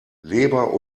leber